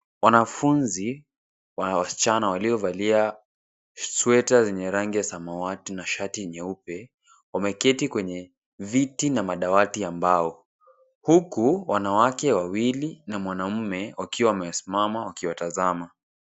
Wanafunzi wasichana waliovalia sweta zenye rangi ya samawati na shati nyeupe, wameketi kwenye viti na madawati ya mbao. Huku wanawake wawili na mwanamume, wakiwa wamesimama wakiwatazama.